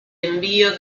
envío